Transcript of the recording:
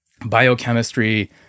biochemistry